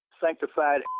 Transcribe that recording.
sanctified